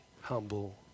humble